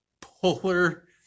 polar